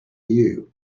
you